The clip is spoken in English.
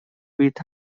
with